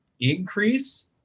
increase